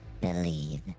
Believe